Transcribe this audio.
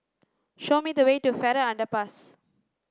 show me the way to Farrer Underpass